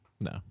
no